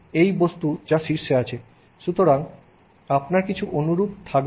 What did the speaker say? সুতরাং আপনার অনুরূপ কিছু থাকবে